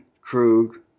Krug